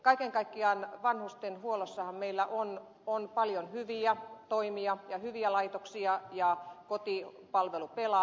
kaiken kaikkiaan vanhustenhuollossahan meillä on paljon hyviä toimia ja hyviä laitoksia ja kotipalvelu pelaa